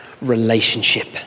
relationship